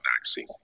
vaccine